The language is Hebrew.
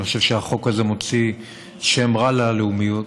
אני חושב שהחוק הזה מוציא שם רע ללאומיות,